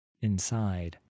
inside